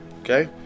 okay